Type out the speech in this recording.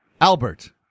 Albert